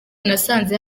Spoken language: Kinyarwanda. nasanze